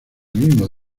mismo